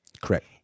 Correct